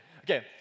okay